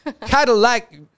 Cadillac